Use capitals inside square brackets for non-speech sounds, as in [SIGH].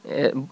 [NOISE]